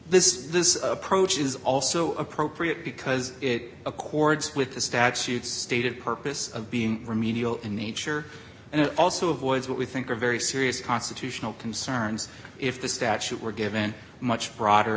this is this approach is also appropriate because it accords with the statute stated purpose of being remedial in nature and it also avoids what we think are very serious constitutional concerns if this statute were given much broader